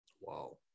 Wow